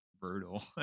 brutal